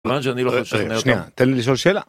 תן לי לשאול שאלה